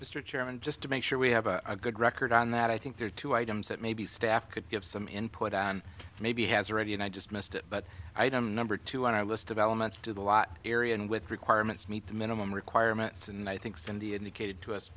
chairman just to make sure we have a good record on that i think there are two items that maybe staff could give some input and maybe has already and i just missed it but item number two on our list of elements to the lot area and with requirements meet the minimum requirements and i think cindy indicated to us